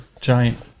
Giant